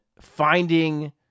finding